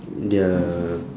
their